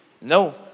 No